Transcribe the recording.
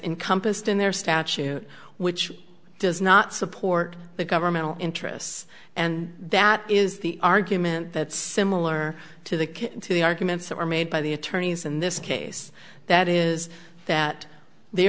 in compassed in their statute which does not support the governmental interests and that is the argument that's similar to the case to the arguments that were made by the attorneys in this case that is that the